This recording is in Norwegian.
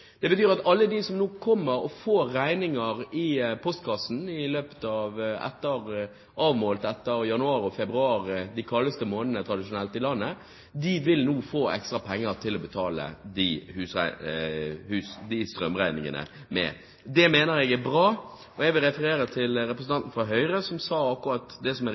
Det betyr at alle de som får regninger i postkassen, avmålt etter januar og februar – tradisjonelt de kaldeste månedene i landet – nå vil få ekstra penger for å betale de strømregningene. Det mener jeg er bra, og jeg vil referere til representanten fra Høyre som sa akkurat det riktige, at dette er